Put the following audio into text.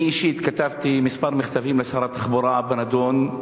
אני אישית כתבתי כמה מכתבים לשר התחבורה בנדון.